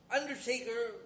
Undertaker